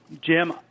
Jim